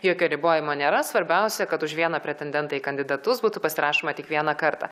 jokio ribojimo nėra svarbiausia kad už vieną pretendentą į kandidatus būtų pasirašoma tik vieną kartą